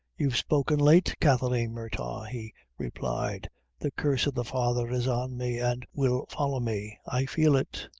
you've spoken late, kathleen murtagh, he replied the curse the father is on me, an' will folly me i feel it.